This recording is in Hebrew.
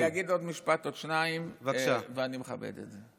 אז אגיד עוד משפט או שניים ואני מכבד את זה.